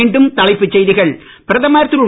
மீண்டும் தலைப்புச் செய்திகள் பிரதமர் திரு